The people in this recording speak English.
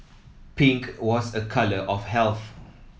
pink was a colour of health